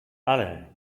ale